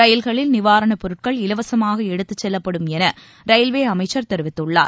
ரயில்களில் நிவாரணப் பொருட்கள் இலவசமாக எடுத்துச் செல்லப்படும் என ரயில்வே அமைச்சர் தெரிவித்துள்ளார்